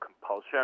compulsion